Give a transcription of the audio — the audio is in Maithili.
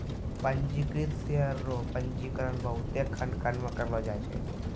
पंजीकृत शेयर रो पंजीकरण बहुते खंड खंड मे करलो जाय छै